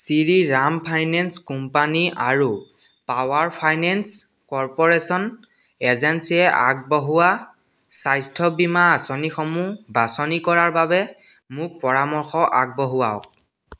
চিৰি Ram finance company আৰু power finance corporation এজেঞ্চিয়ে আগবঢ়োৱা স্বাস্থ্য বীমা আঁচনিসমূহ বাচনি কৰাৰ বাবে মোক পৰামৰ্শ আগবঢ়োৱাওক